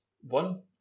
One